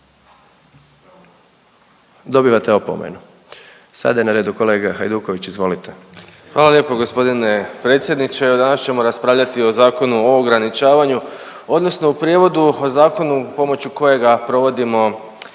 Dobivate opomenu. Sada je na redu kolega Hajduković, izvolite. **Hajduković, Domagoj (Socijaldemokrati)** Hvala lijepo g. predsjedniče. Evo danas ćemo raspravljati o Zakonu o ograničavanju odnosno u prijevodu o zakonu pomoću kojega provodimo